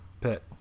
pet